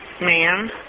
Ma'am